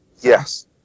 Yes